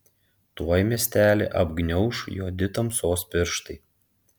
tuoj miestelį apgniauš juodi tamsos pirštai